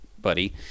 buddy